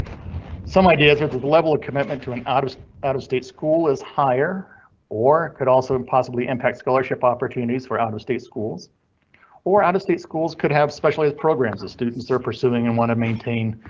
some ideas with the level of commitment to an out of out of state school is higher or could also and possibly impact scholarship opportunities for out of state schools or out of state schools could have specialised programs that students are pursuing and want to maintain.